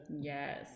Yes